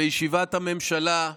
בישיבת הממשלה,